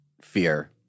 fear